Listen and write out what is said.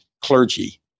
clergy